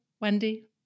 Wendy